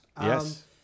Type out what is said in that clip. Yes